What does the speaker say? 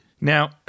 Now